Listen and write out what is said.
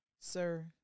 sir